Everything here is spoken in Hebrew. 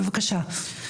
בבקשה.